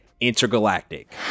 Intergalactic